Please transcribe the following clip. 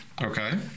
okay